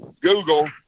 Google